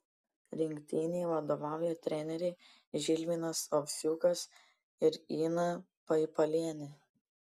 rinktinei vadovauja treneriai žilvinas ovsiukas ir ina paipalienė